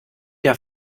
der